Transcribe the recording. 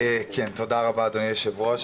תודה רבה אדוני היו"ר,